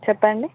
చెప్పండి